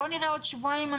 בוא נראה בעוד שבועיים אם